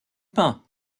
pain